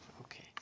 Okay